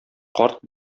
карт